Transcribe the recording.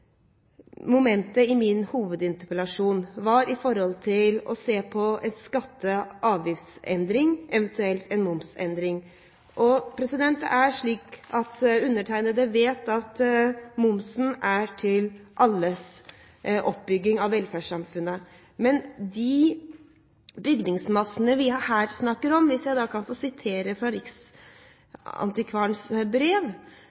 momentet i mitt hovedinnlegg gjaldt det å se på skatte- og avgiftsendring, eventuelt en momsendring. Det er slik at undertegnede vet at momsen er til alles oppbygging av velferdssamfunnet. Men når det gjelder de bygningsmassene vi her snakker om, vil jeg gjerne få sitere fra riksantikvarens brev: